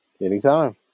Anytime